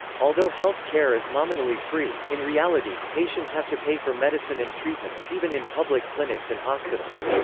although health care is nominally free, in reality, patients have to pay for medicine and treatment, even in public clinics and hospitals.